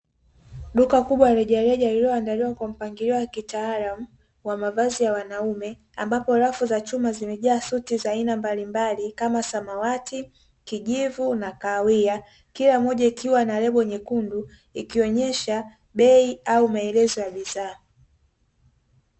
Duka kubwa la rejareja lililoandaliwa kwa mpangilio wa kitaalamu wa mavazi ya wanaume, ambapo rafu za chuma zimejaa suti mbalimbali kama samawati, kijivu na kahawia, kila moja ikiwa na lebo nyekundu, ikionyesha bei au maelezo ya bidhaa.